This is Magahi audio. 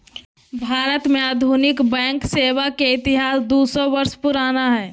भारत में आधुनिक बैंक सेवा के इतिहास दू सौ वर्ष पुराना हइ